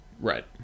right